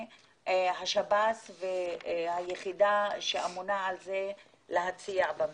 השב"ס והיחידה שאמונה על זה להציע במקרה.